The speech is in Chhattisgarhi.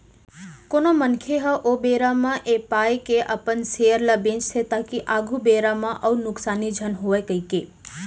कोनो मनखे ह ओ बेरा म ऐ पाय के अपन सेयर ल बेंचथे ताकि आघु बेरा म अउ नुकसानी झन होवय कहिके